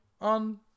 on